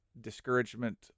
discouragement